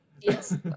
Yes